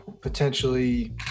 potentially